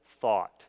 thought